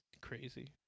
crazy